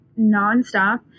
nonstop